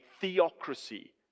theocracy